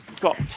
got